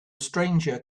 stranger